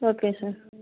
okay sir